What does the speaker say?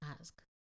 ask